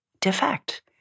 defect